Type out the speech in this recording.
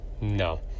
No